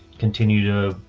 continue to,